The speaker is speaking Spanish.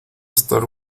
estar